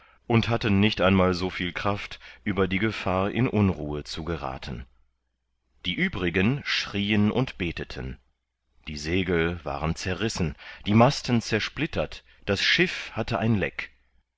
und hatten nicht einmal so viel kraft über die gefahr in unruhe zu gerathen die uebrigen schrieen und beteten die segel waren zerrissen die masten zersplittert das schiff hatte einen leck